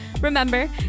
Remember